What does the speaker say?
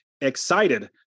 excited